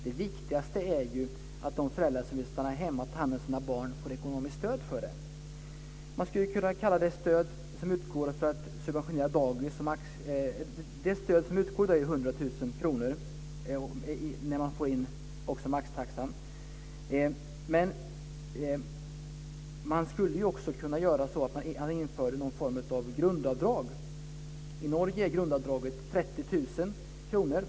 Det viktigaste är ju att de föräldrar som vill stanna hemma och ta hand om sina barn får ekonomiskt stöd för det. Det stöd som utgår i dag är på 100 000 kr när man får in också maxtaxan. Man skulle också kunna göra så att man införde någon form av grundavdrag. I Norge är grundavdraget 30 000 kr.